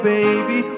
Baby